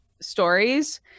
stories